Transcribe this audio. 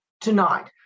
tonight